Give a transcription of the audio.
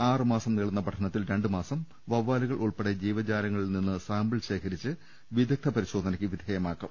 ആറു മാസം നീളുന്ന പഠനത്തിൽ രണ്ടു മാസം വവ്വാലു കൾ ഉൾപ്പെടെ ജീവജാലങ്ങളിൽ നിന്ന് സാമ്പിൾ ശേഖരിച്ച് വിദഗ്ദ്ധ പരിശോധനയ്ക്ക് വിധേയമാക്കും